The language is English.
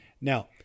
Now